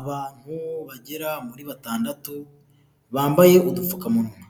Abantu bagera muri batandatu bambaye udupfukamunwa,